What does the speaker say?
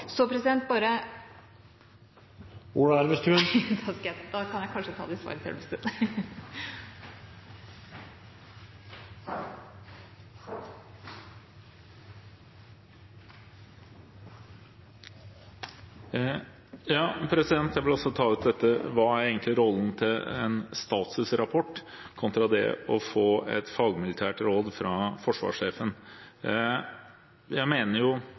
Så bare …. Ola Elvestuen – til neste replikk. Da kan jeg kanskje ta det i svaret til Elvestuen. Jeg vil også ta opp dette spørsmålet om hva rollen til en statusrapport egentlig er, kontra det å få et fagmilitært råd fra forsvarssjefen. Jeg